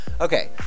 okay